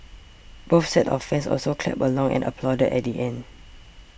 both sets of fans also clapped along and applauded at the end